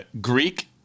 Greek